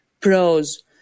pros